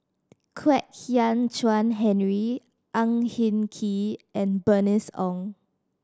Kwek Hian Chuan Henry Ang Hin Kee and Bernice Ong